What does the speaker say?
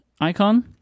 icon